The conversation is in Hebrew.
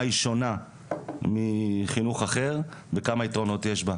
היא שונה מחינוך אחר וכמה יתרונות יש בה,